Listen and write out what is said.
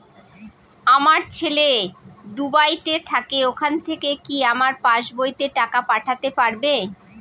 আমার ছেলে দুবাইতে থাকে ওখান থেকে কি আমার পাসবইতে টাকা পাঠাতে পারবে?